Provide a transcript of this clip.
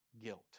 guilt